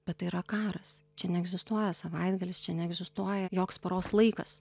bet tai yra karas čia neegzistuoja savaitgalis čia neegzistuoja joks paros laikas